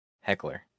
Heckler